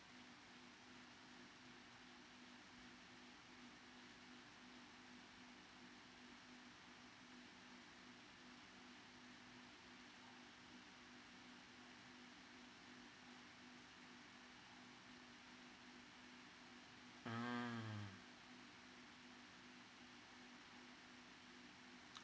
um